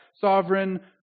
sovereign